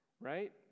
right